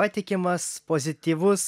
patikimas pozityvus